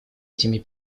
этими